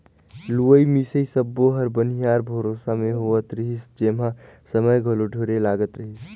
लुवई मिंसई सब्बो हर बनिहार भरोसा मे होवत रिहिस जेम्हा समय घलो ढेरे लागत रहीस